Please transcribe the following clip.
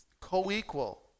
co-equal